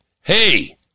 hey